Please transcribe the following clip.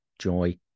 joy